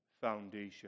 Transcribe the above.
Foundation